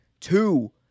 Two